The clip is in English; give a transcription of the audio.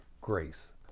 grace